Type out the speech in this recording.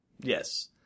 Yes